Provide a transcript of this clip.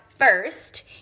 First